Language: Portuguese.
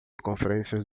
conferências